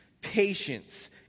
patience